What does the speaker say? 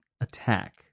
attack